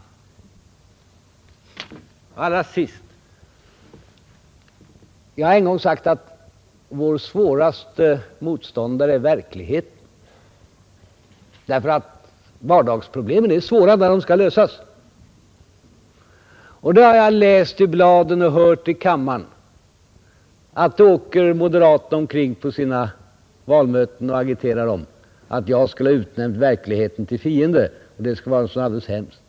Och allra sist: Jag har en gång sagt att vår värsta motståndare är verkligheten, därför att vardagsproblemen är svåra när de skall lösas. Nu har jag läst i bladen att moderaterna åker omkring på sina möten och i sin agitation säger — och jag har även hört det i kammaren — att jag skulle ha utnämnt verkligheten till fiende, och det skulle vara så hemskt.